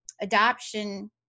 adoption